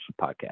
podcast